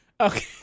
Okay